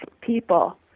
people